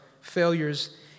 failures